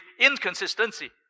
inconsistency